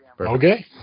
Okay